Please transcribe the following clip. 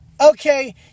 Okay